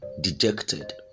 dejected